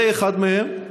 זה אחד מהם.